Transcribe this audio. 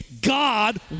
God